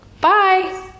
Bye